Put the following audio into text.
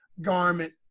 Garment